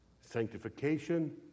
sanctification